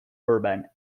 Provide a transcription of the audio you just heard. urban